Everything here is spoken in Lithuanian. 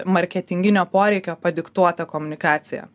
marketinginio poreikio padiktuota komunikacija